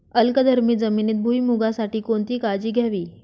अल्कधर्मी जमिनीत भुईमूगासाठी कोणती काळजी घ्यावी?